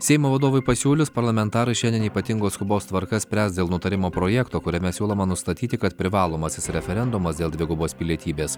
seimo vadovui pasiūlius parlamentarai šiandien ypatingos skubos tvarka spręs dėl nutarimo projekto kuriame siūloma nustatyti kad privalomasis referendumas dėl dvigubos pilietybės